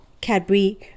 Cadbury